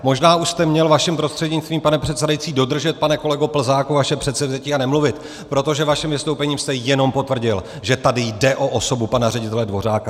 Možná už jste měl, vaším prostřednictvím, pane předsedající, dodržet, pane kolego Plzáku, své předsevzetí a nemluvit, protože svým vystoupením jste jenom potvrdil, že tady jde o osobu pana ředitele Dvořáka.